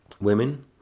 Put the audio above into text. women